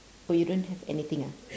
oh you don't have anything ah